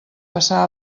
passar